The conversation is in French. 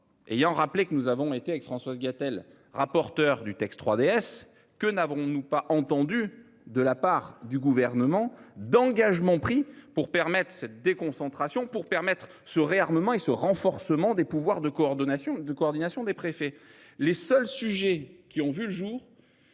Ayant rappelé que nous avons été avec Françoise Gatel, rapporteur du texte 3DS que n'avons-nous pas entendu de la part du gouvernement d'engagements pris pour permettre déconcentration pour permettre ce réarmement il se renforcement des pouvoirs de coordination de coordination des préfets, les seuls sujets qui ont vu le jour.